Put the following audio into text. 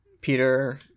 peter